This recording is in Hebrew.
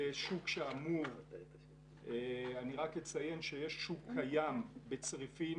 אני רק אציין שהיום יש שוק קיים בצריפין,